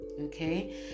Okay